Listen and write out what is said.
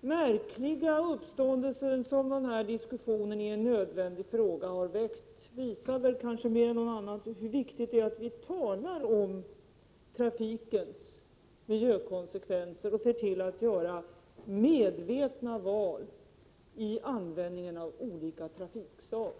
märkliga uppståndelse som den här diskussionen i en nödvändig fråga har väckt visar väl kanske mer än något annat hur viktigt det är att vi talar om trafikens miljökonsekvenser och ser till att göra medvetna val vid användningen av olika färdmedel.